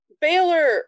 Baylor